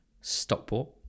Stockport